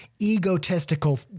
egotistical